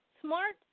SMART